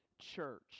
church